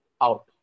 out